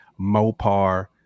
mopar